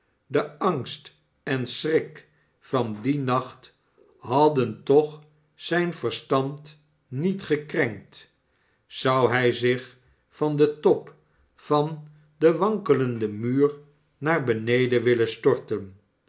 de angst en schrik van dien nacht hadden toch zijn verstand niet gekrenkt zou hij zich van den top van den wankelenden muur naar beneden willen storten